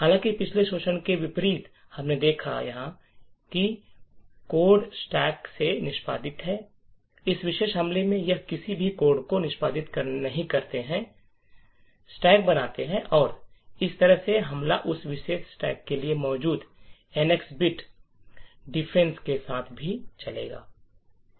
हालांकि पिछले शोषण के विपरीत हमने देखा है जहां कोड स्टैक से निष्पादित है इस विशेष हमले में हम किसी भी कोड को निष्पादित नहीं करते हैं जो स्टैक बनाते हैं और इस तरह से हमला उस विशेष स्टैक के लिए मौजूद एनएक्स बिट डिफेंस के साथ भी चलेगा